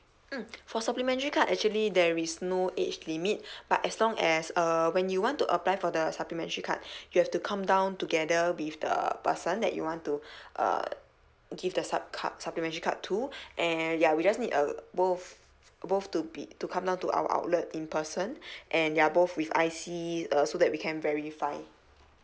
mm for supplementary card actually there is no age limit but as long as err when you want to apply for the supplementary card you have to come down together with the person that you want to uh give the supp~ card supplementary card to and ya we just need a both both to be to come down to our outlet in person and ya both with I_C uh so that we can verify